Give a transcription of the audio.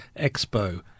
expo